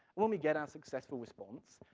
when we get our successful response,